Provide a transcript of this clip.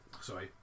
sorry